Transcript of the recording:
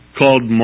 called